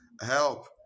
Help